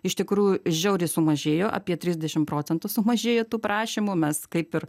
iš tikrųjų žiauriai sumažėjo apie trisdešim procentų sumažėjo tų prašymų mes kaip ir